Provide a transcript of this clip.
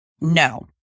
No